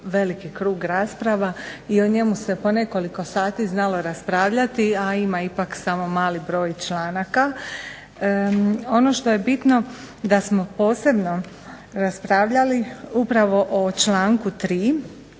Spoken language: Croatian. o njemu se po nekoliko sati znalo raspravljati, a ima ipak samo mali broj članaka. Ono što je bitno da smo posebno raspravljali upravo o članku 3.